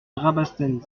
rabastens